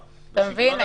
אתה מבין?